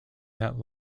that